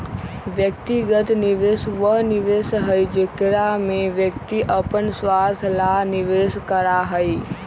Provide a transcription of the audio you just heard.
व्यक्तिगत निवेश वह निवेश हई जेकरा में व्यक्ति अपन स्वार्थ ला निवेश करा हई